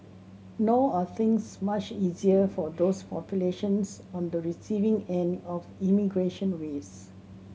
nor are things much easier for those populations on the receiving end of immigration waves